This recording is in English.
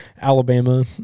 Alabama